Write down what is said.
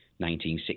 1960